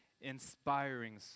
inspiring